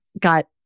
got